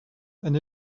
and